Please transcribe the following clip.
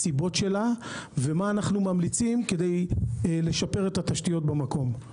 הסיבות שלה ומה אנחנו ממליצים כדי לשפר את התשתיות במקום.